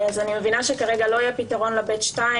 אני מבינה שכרגע לא יהיה פתרון ל-ב'2,